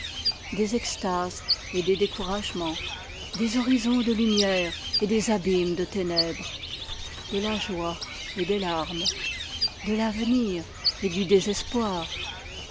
des extases et des découragemens des horizons de lumière et des abîmes de ténèbres de la joie et des larmes de l'avenir et du désespoir